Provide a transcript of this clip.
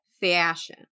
Fashion